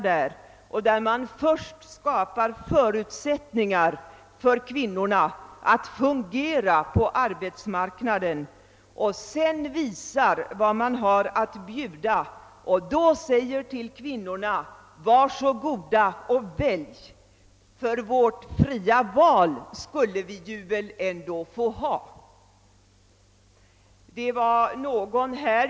Det är att man först skapar förutsättningarna för kvinnorna att fungera på arbetsmarknaden, sedan visar vad man har att bjuda och så säger till kvinnorna: » Var så goda och välj!» Det fria valet skall vi väl ändå få ha?